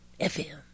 fm